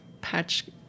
patch